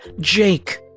Jake